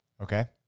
okay